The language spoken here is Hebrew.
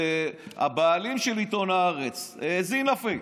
הבעלים של עיתון הארץ האזין לפייס,